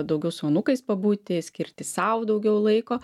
daugiau su anūkais pabūti skirti sau daugiau laiko